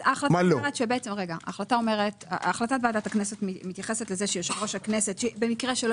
החלטת ועדת הכנסת מתייחסת לזה שבמקרה שלא